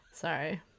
Sorry